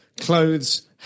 clothes